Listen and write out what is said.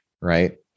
Right